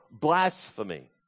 blasphemy